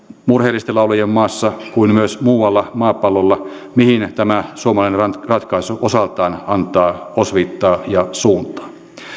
murheellisten laulujen maassa kuin myös muualla maapallolla mihin tämä suomalainen ratkaisu osaltaan antaa osviittaa ja suuntaa